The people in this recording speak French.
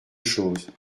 chose